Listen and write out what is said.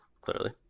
clearly